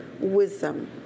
wisdom